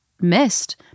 missed